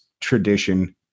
tradition